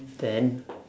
then